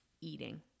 eating